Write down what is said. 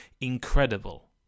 incredible